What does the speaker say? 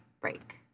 break